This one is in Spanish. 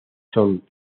son